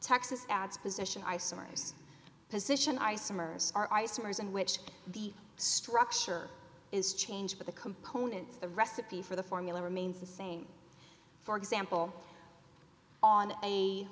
texas adds position isomers position isomers are isomers in which the structure is changed but the components the recipe for the formula remains the same for example on a